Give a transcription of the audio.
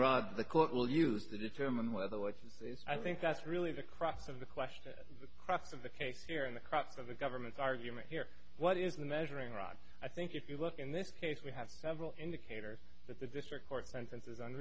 rod the court will use to determine whether what's this i think that's really the crux of the question the crux of the case here in the crux of the government's argument here what is the measuring rod i think if you look in this case we have several indicators that the district court sentences on